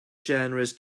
generous